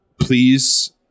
Please